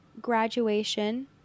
graduation